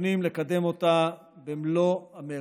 ומתכוונים לקדם אותה במלוא המרץ.